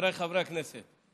חבריי חברי הכנסת,